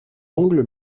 angles